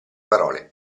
parole